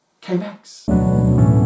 K-Max